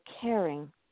caring